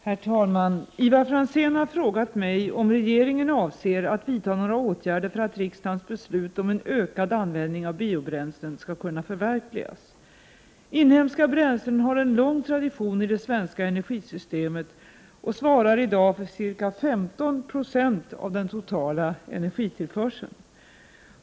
Herr talman! Ivar Franzén har frågat mig om regeringen avser att vidta några åtgärder för att riksdagens beslut om en ökad användning av biobränslen skall kunna förverkligas. Inhemska bränslen har en lång tradition i det svenska energisystemet och svarar i dag för ca 15 96 av den totala energitillförseln.